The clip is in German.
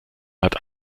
hat